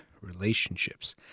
Relationships